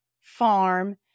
farm